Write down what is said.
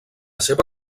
seva